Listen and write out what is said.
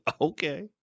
okay